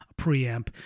preamp